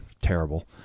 terrible